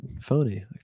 phony